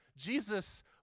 Jesus